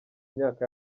myaka